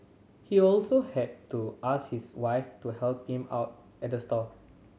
he also had to ask his wife to help him out at the stall